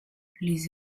les